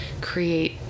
create